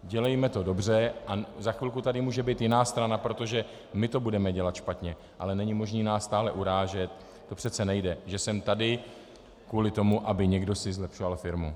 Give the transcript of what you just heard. Dělejme to dobře a za chvilku tady může být jiná strana, protože my to budeme dělat špatně, ale není možné nás stále urážet, to přece nejde, že jsem tady kvůli tomu aby si někdo zlepšoval firmu.